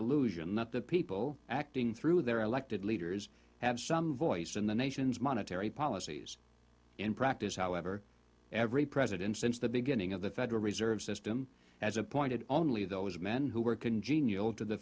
illusion that the people acting through their elected leaders have some voice in the nation's monetary policies in practice however every president since the beginning of the federal reserve system has appointed only those men who were congenial to the